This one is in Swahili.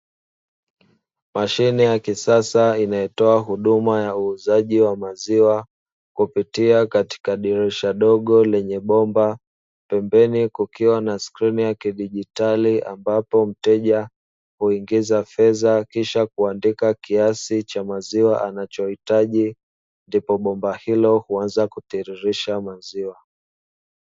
Mashine ya kisasa inayotoa huduma ya uuzaji wa maziwa kupitia katika dirisha dogo lenye bomba, pembeni kukiwa na skrini ya kidigitali ambapo mteja huingiza fedha kisha kuandika kiasi cha maziwa anachohitaji ndipo bomba hilo huanza kutiririsha maziwa.